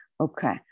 Okay